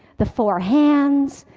the four hands,